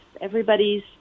Everybody's